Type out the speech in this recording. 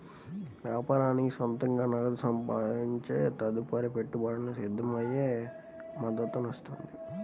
వ్యాపారానికి సొంతంగా నగదు సంపాదించే తదుపరి పెట్టుబడులకు సిద్ధమయ్యే మద్దతునిస్తుంది